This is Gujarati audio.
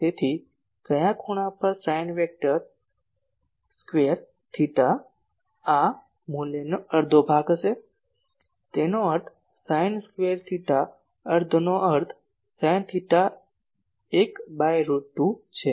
તેથી કયા ખૂણા પર સાઈન સ્ક્વેર થીટા આ મૂલ્યનો અડધો ભાગ હશે તેનો અર્થ સાઈન સ્ક્વેર થેટા અર્ધનો અર્થ સાઈન થેટા 1 બાય રૂટ 2 છે